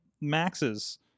Maxes